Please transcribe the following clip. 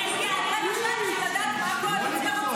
אדוני --- מה הוא אמר?